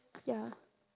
ya